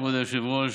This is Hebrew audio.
כבוד היושב-ראש,